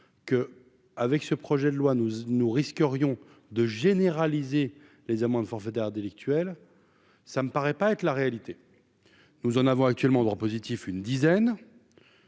que avec ce projet de loi nous nous risquerions de généraliser les amendes forfaitaires délictuelles, ça me paraît pas être la réalité, nous en avons actuellement droit positif, une dizaine,